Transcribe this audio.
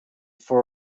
for